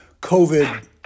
COVID